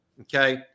Okay